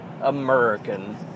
American